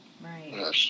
Right